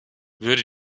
würde